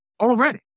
already